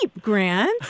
Grant